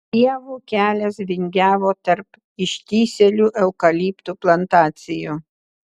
pievų kelias vingiavo tarp ištįsėlių eukaliptų plantacijų